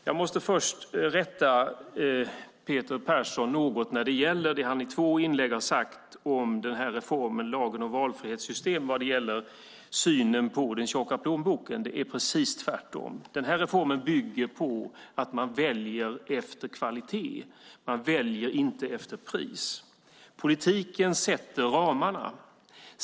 Jag måste först rätta Peter Persson något när det gäller det han i två inlägg har sagt om den här reformen, lagen om valfrihetssystem, och synen på den tjocka plånboken. Det är precis tvärtom. Reformen bygger på att man väljer efter kvalitet och inte efter pris. Politiken sätter ramarna.